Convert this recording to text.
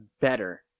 better